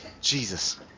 Jesus